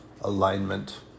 alignment